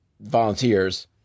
volunteers